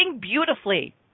beautifully